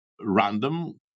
random